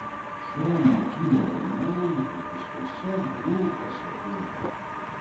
šio motyvo variantų visuose dzūkuose pilna